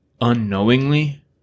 unknowingly